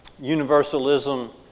universalism